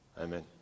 Amen